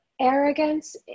arrogance